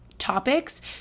topics